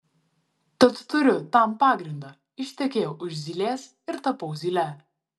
tad turiu tam pagrindą ištekėjau už zylės ir tapau zyle